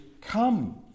come